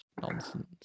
Nonsense